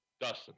Dustin